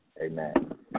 Amen